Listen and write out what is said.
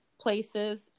places